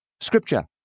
Scripture